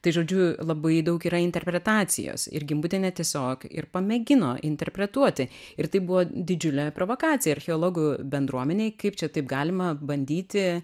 tai žodžiu labai daug yra interpretacijos ir gimbutienė tiesiog ir pamėgino interpretuoti ir tai buvo didžiulė provokacija archeologų bendruomenėj kaip čia taip galima bandyti